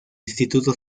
instituto